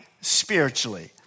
spiritually